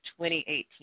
2018